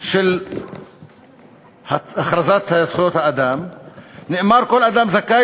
של הכרזת זכויות האדם נאמר: "כל אדם זכאי